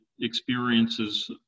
experiences